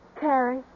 Carrie